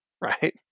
right